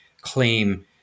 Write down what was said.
claim